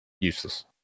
Useless